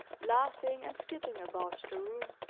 laughing and skipping about the room.